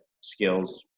skills